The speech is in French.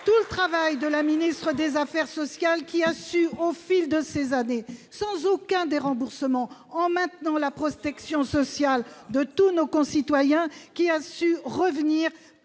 saluer le travail de la ministre des affaires sociales, qui a su au fil de ces années, sans aucun déremboursement et en maintenant la protection sociale de tous nos concitoyens, rétablir